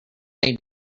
aid